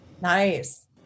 nice